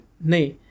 no